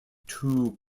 too